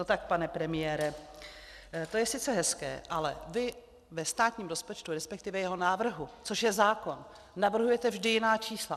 No tak pane premiére, to je sice hezké, ale vy ve státním rozpočtu, respektive jeho návrhu, což je zákon, navrhujete vždy jiná čísla.